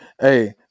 hey